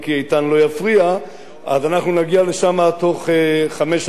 אז אנחנו נגיע שם בתוך חמש עד עשר שנים ללמעלה ממיליון יהודים.